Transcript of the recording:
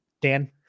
Dan